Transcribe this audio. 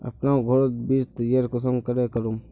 अपना घोरोत बीज तैयार कुंसम करे करूम?